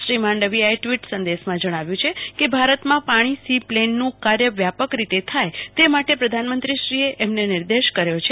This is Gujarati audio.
શ્રી માંડવીયાએ ટવીટ સંદેશામાં જણાવ્યું છે કે ભારતમાં પાણી સી પ્લેનનું કાર્ય વ્યાપક રીતે થાય તે માટે પ્રધાનમંત્રીશ્રીએ અમને નિર્દેશ કર્યો છે